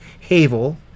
Havel